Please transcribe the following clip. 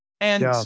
And-